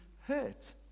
hurt